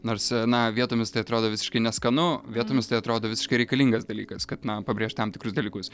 nors na vietomis tai atrodo visiškai neskanu vietomis tai atrodo visiškai reikalingas dalykas kad na pabrėžt tam tikrus dalykus